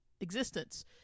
Existence